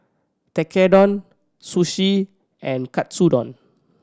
Tekkadon Sushi and Katsudon